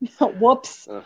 Whoops